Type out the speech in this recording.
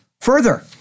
Further